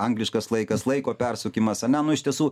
angliškas laikas laiko persukimas ane nu iš tiesų